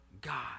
God